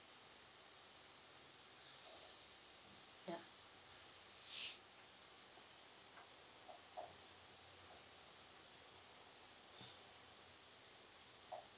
ya